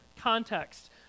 context